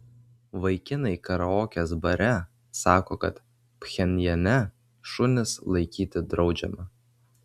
vaikinai karaokės bare sako kad pchenjane šunis laikyti draudžiama